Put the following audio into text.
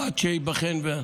עד שייבחן?